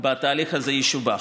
בתהליך הזה ישובח.